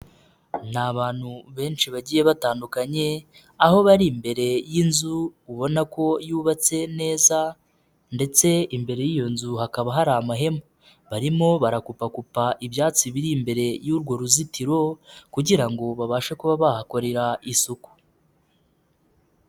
Ni abantu benshi bagiye batandukanye, aho bari imbere y'inzu, ubona ko yubatse neza ndetse imbere y'iyo nzu hakaba hari amahema. Barimo barakupa copa ibyatsi biri imbere y'urwo ruzitiro kugira ngo babashe kuba bahakorera isuku.